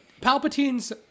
Palpatine's